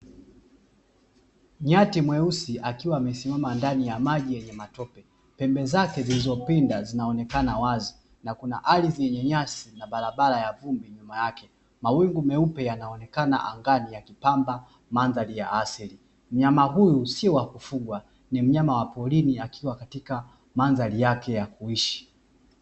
Nyati nyeusi akiwa amesimama ndani ya maji yenye matope, pembe zake zilizoponda zinaonekana wazi na kuna nyasi na barabara ya vumbi nyuma yake. Mawingu meupe yanaonekana angani yakipamba mandhari ya asili, mnyama huyu si wa kufugwa ni mnyama wa porini akiwa katika mandhari yake ya kuishi.